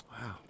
Wow